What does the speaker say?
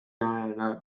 järele